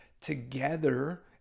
together